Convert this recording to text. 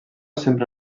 sempre